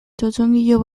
txotxongilo